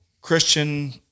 Christian